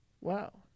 Wow